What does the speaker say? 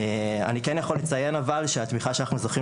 אני כן יכול לציין אבל שהתמיכה שזכינו